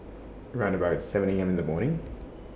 round about seven A M in The morning